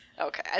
Okay